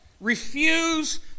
refuse